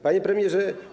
Panie Premierze!